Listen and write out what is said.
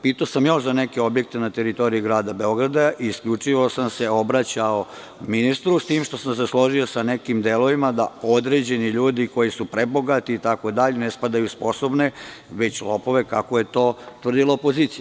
Pitao sam za još neke objekte na teritoriji grada Beograda i isključivo sam se obraćao ministru, s tim što sam se složio sa nekim delovima da određeni ljudi, koji su prebogati itd, ne spadaju u sposobne, već u lopove, kako je to tvrdila opozicija.